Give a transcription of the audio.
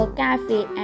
cafe